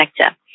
sector